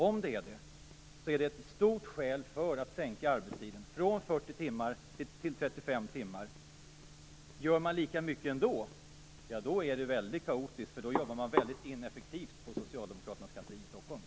Om det är så är detta ett starkt skäl att sänka arbetstiden från 40 till 35 timmar. Gör man lika mycket ändå så är det väldigt kaotiskt. Då jobbar man ineffektivt på Socialdemokraternas kansli i Stockholm!